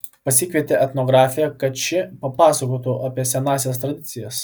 pasikvietė etnografę kad ši papasakotų apie senąsias tradicijas